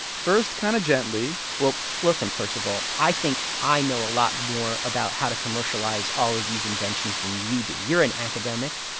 first, kind of gently well, listen, percival. i think i know a lot more about how to commercialize all of these inventions than you do. you're an academic.